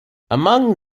among